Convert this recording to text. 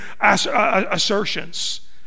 assertions